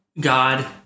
God